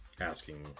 asking